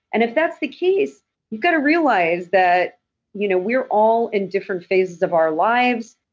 and if that's the case you've got to realize that you know we're all in different phases of our lives.